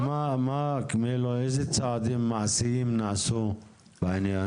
ואילו צעדים מעשיים נעשו בעניין?